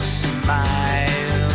smile